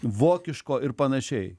vokiško ir panašiai